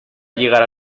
llegar